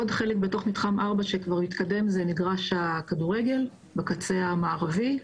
עוד חלק בתוך מתחם 4 שכבר התקדם זה מגרש הכדורגל בקצה המערבי.